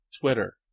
Twitter